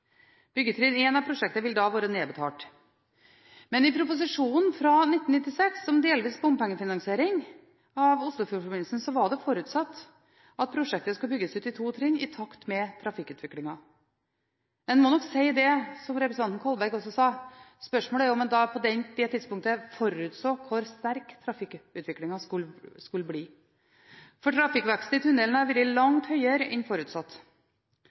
Byggetrinn 1 av prosjektet vil da være nedbetalt. Men i proposisjonen fra 1996 om delvis bompengefinansiering av Oslofjordforbindelsen var det forutsatt at prosjektet skulle bygges ut i to trinn i takt med trafikkutviklingen. En må nok si – som representanten Kolberg også sa – at spørsmålet er om man på det tidspunktet forutså hvor stor trafikkutviklingen skulle bli. Trafikkveksten i tunnelen har vært langt høyere enn forutsatt.